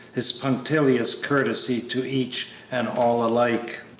his punctilious courtesy to each and all alike.